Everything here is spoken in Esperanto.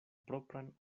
propran